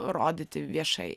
rodyti viešai